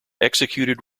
executed